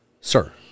Sir